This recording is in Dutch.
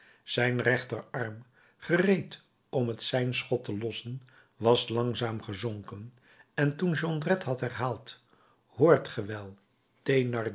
zijn rechterarm gereed om het seinschot te lossen was langzaam gezonken en toen jondrette had herhaald hoort ge wel